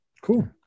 cool